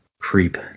Creep